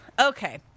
okay